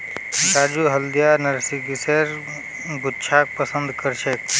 राजू हल्दिया नरगिसेर गुच्छाक पसंद करछेक